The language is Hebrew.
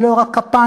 ולא רק כפיים,